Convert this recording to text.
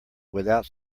without